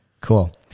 cool